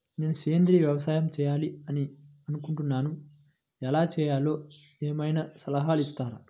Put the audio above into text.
నేను సేంద్రియ వ్యవసాయం చేయాలి అని అనుకుంటున్నాను, ఎలా చేయాలో ఏమయినా సలహాలు ఇస్తారా?